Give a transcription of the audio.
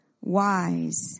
wise